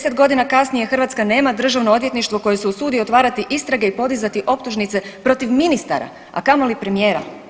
10 godina kasnije Hrvatska nema državno odvjetništvo koje se usudi otvarati istrage i podizati optužnice protiv ministara, a kamoli premijera.